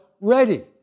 ready